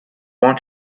want